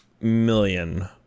million